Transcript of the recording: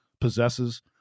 possesses